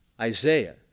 Isaiah